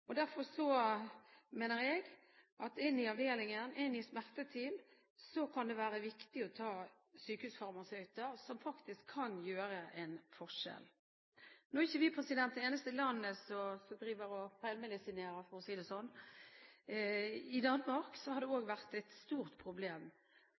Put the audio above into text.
smertestillende. Derfor mener jeg at inn i avdelingen, i smerteteam, kan det være viktig å ta sykehusfarmasøyter, som faktisk kan gjøre en forskjell. Nå er ikke vi det eneste landet som driver og feilmedisinerer, for å si det sånn. I Danmark har det